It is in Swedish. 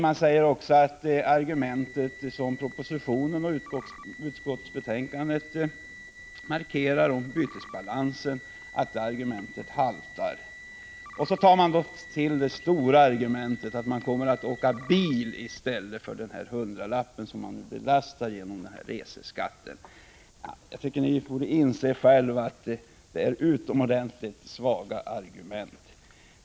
Man säger också att det argument som framförs i propositionen och i utskottsbe tänkandet om bytesbalansen haltar. Man tar sedan till det stora argumentet, nämligen att människor kommer att åka bil i stället när denna höjning av reseskatten genomförs. Jag tycker att ni själva borde inse att detta är utomordentligt svaga argument.